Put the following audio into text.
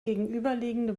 gegenüberliegende